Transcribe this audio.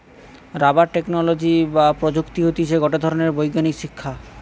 rubber technology বা প্রযুক্তি হতিছে গটে ধরণের বৈজ্ঞানিক শিক্ষা